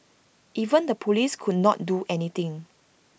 even the Police could not do anything